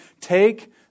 take